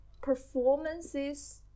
performances